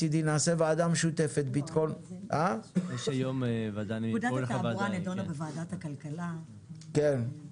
מצדי נעשה ועדה משותפת --- פקודת התעבורה נידונה בוועדת הכלכלה לגמרי.